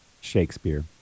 Shakespeare